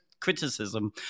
criticism